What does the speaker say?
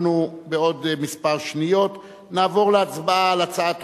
אנחנו בעוד כמה שניות נעבור להצבעה על הצעת